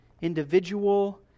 Individual